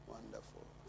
Wonderful